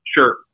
Sure